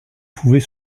pouvait